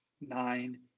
nine